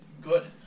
Good